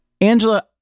Angela